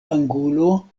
angulo